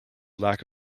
lack